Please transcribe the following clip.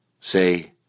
Say –